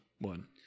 one